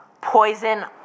Poison